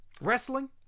wrestling